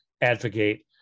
advocate